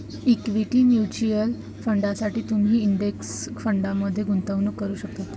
equity mutual फंडांसाठी तुम्ही index फंडमध्ये गुंतवणूक करू शकता